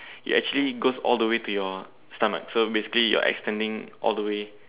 you actually it goes all the way to your stomach so basically you're extending all the way